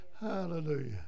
hallelujah